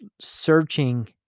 searching